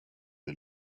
and